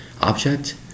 object